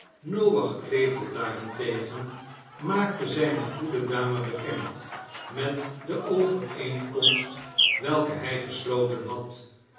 noach claypole daarentegen maakte zijne goede dame bekend met de overeenkomst welke hij gesloten had